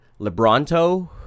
Lebronto